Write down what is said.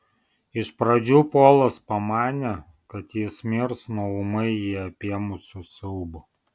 iš pradžių polas pamanė kad jis mirs nuo ūmai jį apėmusio siaubo